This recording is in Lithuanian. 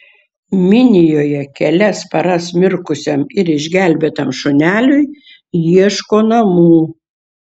minijoje kelias paras mirkusiam ir išgelbėtam šuneliui ieško namų